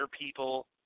people